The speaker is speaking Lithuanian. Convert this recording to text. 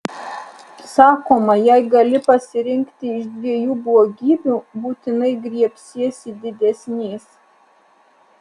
sakoma jei gali pasirinkti iš dviejų blogybių būtinai griebsiesi didesnės